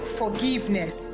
forgiveness